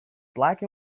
black